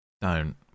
Don't